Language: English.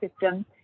system